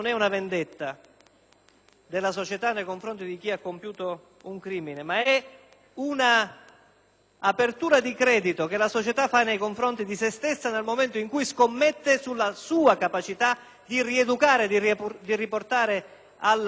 della società nei confronti di chi ha compiuto un crimine ma è un'apertura di credito che la società fa nei confronti di se stessa, nel momento in cui scommette sulla sua capacità di rieducare e riportare all'onestà